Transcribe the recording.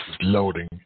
loading